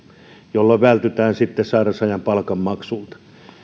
jolloin vältytään sitten sairausajan palkanmaksulta